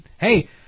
hey